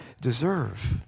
deserve